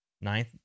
Ninth